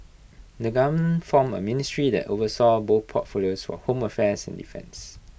the government formed A ministry that oversaw both portfolios for home affairs and defence